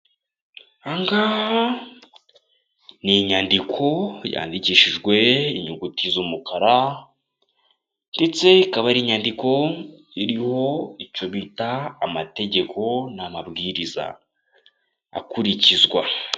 Ni inyandiko yandikishijwe inyuguti z'umukara, ndetse ikaba ari inyandiko iriho icyo bita amategeko n'amabwiriza akurikizwa.